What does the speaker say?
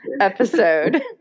episode